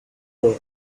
born